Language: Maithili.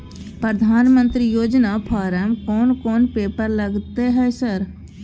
प्रधानमंत्री योजना फारम कोन कोन पेपर लगतै है सर?